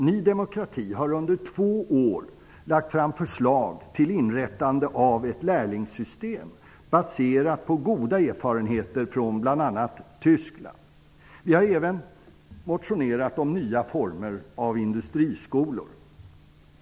Ny demokrati har under två år lagt fram förslag till inrättande av ett lärlingssystem, baserat på goda erfarenheter från bl.a. Tyskland. Vi har även motionerat om nya former av industriskolor.